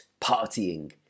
partying